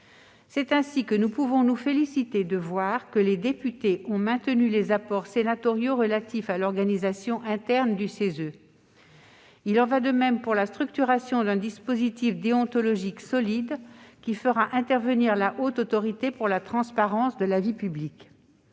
C'est ainsi que nous pouvons nous féliciter de voir que les députés ont maintenu les apports sénatoriaux relatifs à l'organisation interne du CESE. Il en va de même pour la structuration d'un dispositif déontologique solide, qui fera intervenir la Haute Autorité pour la transparence de la vie publique.